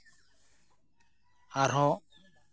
ᱟᱨᱦᱚᱸ